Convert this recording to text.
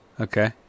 Okay